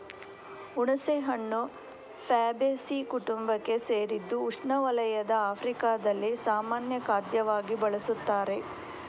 ಹುಣಸೆಹಣ್ಣು ಫ್ಯಾಬೇಸೀ ಕುಟುಂಬಕ್ಕೆ ಸೇರಿದ್ದು ಉಷ್ಣವಲಯದ ಆಫ್ರಿಕಾದಲ್ಲಿ ಸಾಮಾನ್ಯ ಖಾದ್ಯವಾಗಿ ಬಳಸುತ್ತಾರೆ